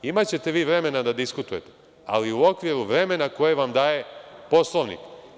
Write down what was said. Imaćete vi vremena da diskutujete, ali u okviru vremena koje vam daje Poslovnik.